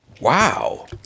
Wow